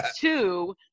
two